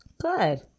good